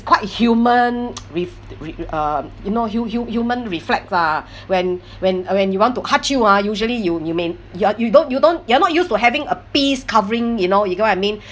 quite human re~ re~ uh you know hu~ hu~ human reflex lah when when when you want to ah usually you you may you uh you don't you don't you're not used to having a piece covering you know you know I mean